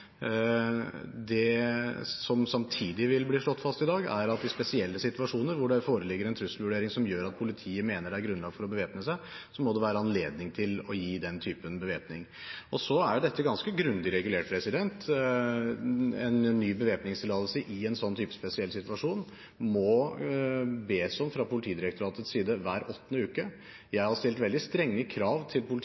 Det som samtidig vil bli slått fast i dag, er at i spesielle situasjoner, hvor det foreligger en trusselvurdering som gjør at politiet mener det er grunnlag for å bevæpne seg, må det være anledning til å gi den typen bevæpning. Så er jo dette ganske grundig regulert. En ny bevæpningstillatelse i en så spesiell situasjon må det bes om fra Politidirektoratets side hver åttende uke. Jeg har stilt veldig strenge krav til